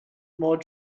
more